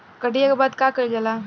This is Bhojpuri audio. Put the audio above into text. कटिया के बाद का कइल जाला?